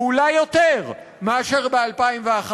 ואולי יותר, מאשר ב-2011.